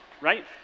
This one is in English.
right